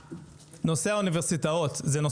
מתכוונים להסדיר אותו בחוק ההסדרים הקרוב,